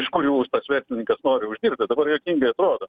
iš kurių jis tas verslininkas nori uždirbti dabar juokingai atrodo